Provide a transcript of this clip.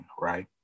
right